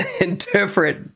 interpret